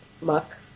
muck